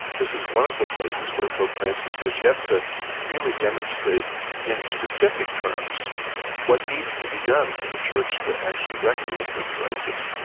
this is one of the places where pope francis has yet to really demonstrate in specific terms what needs to be done for the church to actually reckon with this crisis.